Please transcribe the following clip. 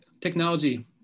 technology